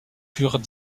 furent